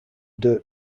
dirt